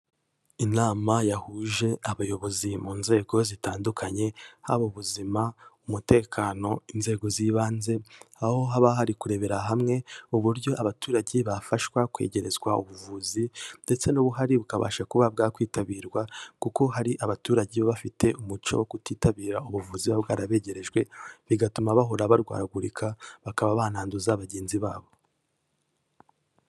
Inama yahuje abayobozi mu nzego zitandukanye, haba ubuzima, umutekano, inzego z'ibanze aho haba hari kurebera hamwe uburyo abaturage bafashwa kwegerezwa ubuvuzi ndetse n'ubuhari bukabasha kuba bwakwitabirwa kuko hari abaturage baba bafite umuco wo kutitabira ubuvuzi buba bwarabegerejwe bigatuma bahora barwaragurika bakaba bananduza bagenzi babo.